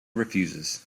refuses